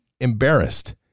embarrassed